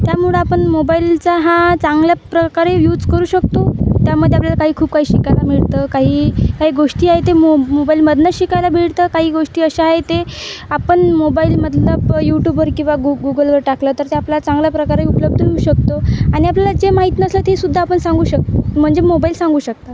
त्यामुळं आपण मोबाईलचा हा चांगल्या प्रकारे यूज करू शकतो त्यामध्ये आपल्याला काही खूप काही शिकायला मिळतं काही काही गोष्टी आहेत ते मो मोबाईलमधनंच शिकायला मिळतं काही गोष्टी अशा आहे ते आपण मोबाईलमधनं यूट्यूबवर किंवा गुग गूगलवर टाकलं तर ते आपल्या चांगल्या प्रकारे उपलब्ध येऊ शकतो आणि आपल्याला जे माहीत नसलं तेसुद्धा आपण सांगू शकतो म्हणजे मोबाईल सांगू शकतात